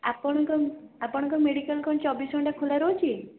ଆପଣଙ୍କ ଆପଣଙ୍କ ମେଡ଼ିକାଲ୍ କ'ଣ ଚବିଶ ଘଣ୍ଟା ଖୋଲା ରହୁଛି